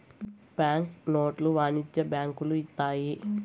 bank నోట్లు వాణిజ్య బ్యాంకులు ఇత్తాయి